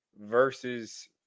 versus